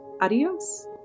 Adios